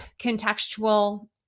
contextual